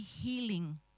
healing